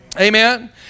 Amen